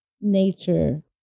nature